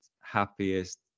happiest